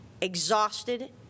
exhausted